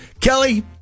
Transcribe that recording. Kelly